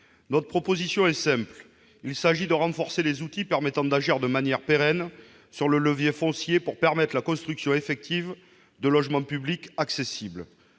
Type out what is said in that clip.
Notre proposition est simple. Il s'agit de renforcer les outils permettant d'agir de manière pérenne sur le levier foncier pour permettre la construction effective de logements publics accessibles.